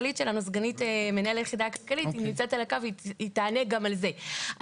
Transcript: סגנית מנהל היחידה הכלכלית שלנו נמצאת על הקו והיא תענה גם על זה.